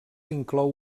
inclou